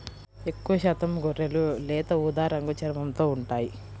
ఎక్కువశాతం గొర్రెలు లేత ఊదా రంగు చర్మంతో ఉంటాయి